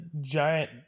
giant